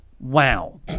Wow